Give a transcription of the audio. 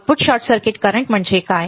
output short circuit current म्हणजे काय